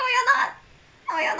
no you're not no you're not